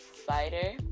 spider